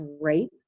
rape